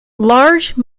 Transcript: large